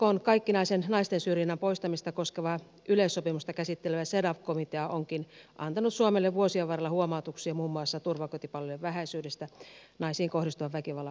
ykn kaikkinaisen naisten syrjinnän poistamista koskevaa yleissopimusta käsittelevä cedaw komitea onkin antanut suomelle vuosien varrella huomautuksia muun muassa turvakotipalvelujen vähäisyydestä naisiin kohdistuvan väkivallan uhreille